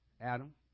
Adam